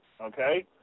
okay